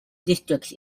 district